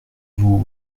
vous